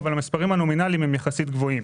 אבל המספרים הנומינליים הם יחסית גבוהים.